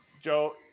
Joe